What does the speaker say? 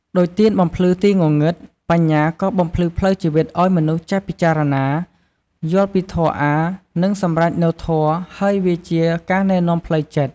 ដូចទៀនបំភ្លឺទីងងឹត បញ្ញាក៏បំភ្លឺផ្លូវជីវិតឲ្យមនុស្សចេះពិចារណា យល់ពីធម៌អាថ៌ និងសម្រេចនូវធម៌ ហើយវាជា ការណែនាំផ្លូវចិត្ត។